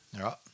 Right